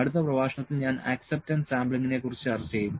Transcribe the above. അടുത്ത പ്രഭാഷണത്തിൽ ഞാൻ അക്സെപ്റ്റൻസ് സാംപ്ലിങ്ങിനെക്കുറിച്ച് ചർച്ച ചെയ്യും